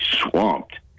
swamped